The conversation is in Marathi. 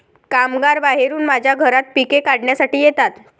कामगार बाहेरून माझ्या घरात पिके काढण्यासाठी येतात